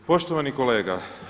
Poštovani kolega.